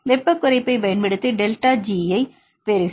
வெப்பக் குறைப்பைப் பயன்படுத்தி டெல்டா G ஐப் பெறுக